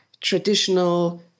traditional